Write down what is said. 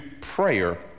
prayer